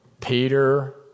Peter